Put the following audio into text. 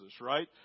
right